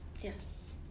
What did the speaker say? Yes